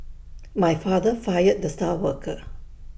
my father fired the star worker